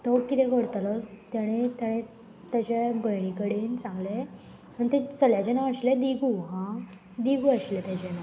तो किदें करतलो तेणे तेणे तेज्या भयणी कडेन सांगलें आनी तें चल्याचें नांव आशिल्लें दिगू हा दिगू आशिल्लें तेजें नांव